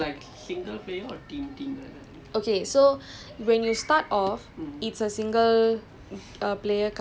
like சும்மா எல்லாம் விளையாடினா:summa ellaam vilayaadinaa like most likely you will lose lah